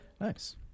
Nice